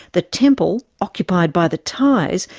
the temple, occupied by the thais,